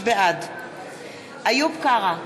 בעד איוב קרא,